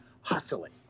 hustling